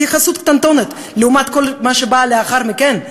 התייחסות קטנטונת לעומת כל מה שבא לאחר מכן,